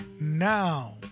now